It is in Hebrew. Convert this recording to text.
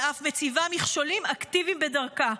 אלא אף מציבה מכשולים אקטיביים בדרכה.